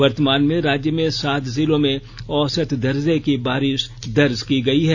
वर्तमान में राज्य में सात जिलों में औसत दर्जे की बारिश दर्ज की गई है